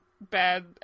bad